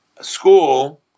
school